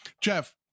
Jeff